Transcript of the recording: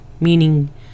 Meaning